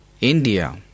India